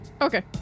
Okay